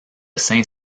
saint